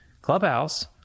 Clubhouse